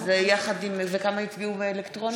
כמה הצביעו באלקטרוני?